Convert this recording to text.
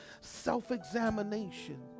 self-examination